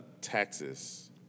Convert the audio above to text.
taxes